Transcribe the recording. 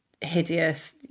hideous